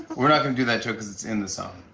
we're not gonna do that joke, cause it's in the song.